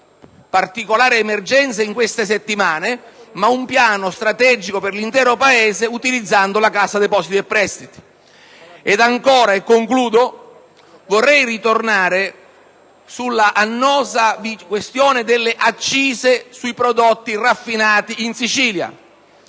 particolare emergenza in queste settimane, ma anche un piano strategico per l'intero Paese, utilizzando la Cassa depositi e prestiti. Ancora, vorrei tornare sulla annosa questione delle accise sui prodotti raffinati in Sicilia.